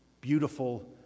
beautiful